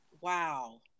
wow